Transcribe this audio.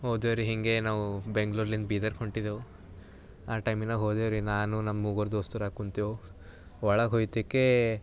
ಹೋದೆ ರೀ ಹಿಂಗೇ ನಾವು ಬೆಂಗಳೂರ್ನಿಂದ ಬೀದರ್ಕ್ಕೆ ಹೊಂಟಿದ್ದೇವು ಆ ಟೈಮಿನಾಗ ಹೋದೆವು ರೀ ನಾನು ನಮ್ಮ ಮೂವರು ದೋಸ್ತರು ಕೂತೆವು ಒಳಗೆ ಹೋಯ್ತಿಕೇ